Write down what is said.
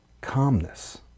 calmness